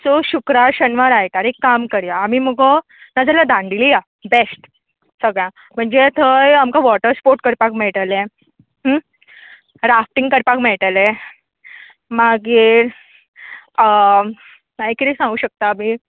so शुक्रार शेनवार आयतार एक काम करुया आमी मुगो नाजाल्यार दांडेली या बेस्ट सगळ्या म्हणजे थंय आमकां वॉटरस्पॉर्ट करपाक मेळटलें राफ्टींग करपाक मेळटलें मागीर मागीर किरें सांगू शकता आमी